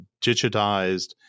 digitized